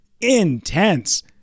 intense